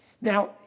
Now